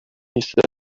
already